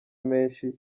menshi